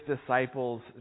disciples